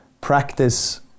practice